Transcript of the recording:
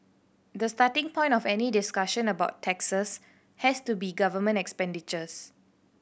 the starting point of any discussion about taxes has to be government expenditures